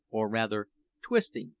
or rather twisting,